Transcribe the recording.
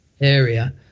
area